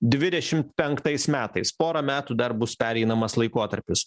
dvidešimt penktais metais pora metų dar bus pereinamas laikotarpis